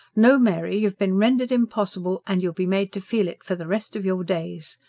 no, mary, you've been rendered impossible and you'll be made to feel it for the rest of your days.